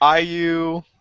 IU